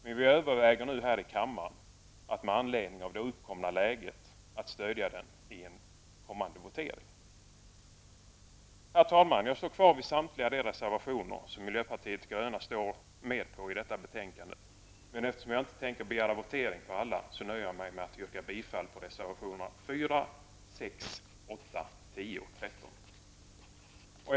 Men vi överväger nu att med anledning av det uppkomna läget stödja den i en kommande votering. Herr talman! Jag står bakom samtliga de reservationer som miljöpartiet de gröna står för i detta betänkande, men eftersom jag inte tänker begära votering på alla nöjer jag mig med att yrka bifall till reservationerna 4, 6, 8, 10 och 13.